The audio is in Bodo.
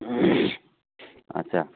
आच्चा